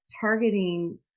targeting